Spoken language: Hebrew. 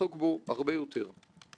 ועדת החקירה הזאת